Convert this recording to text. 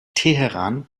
teheran